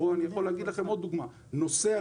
דוגמה נוספת,